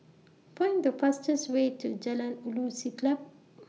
Find The fastest Way to Jalan Ulu Siglap